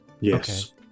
Yes